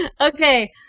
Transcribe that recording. Okay